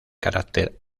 carácter